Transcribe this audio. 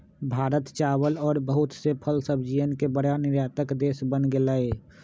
भारत चावल और बहुत से फल सब्जियन के बड़ा निर्यातक देश बन गेलय